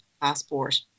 passport